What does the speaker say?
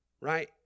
right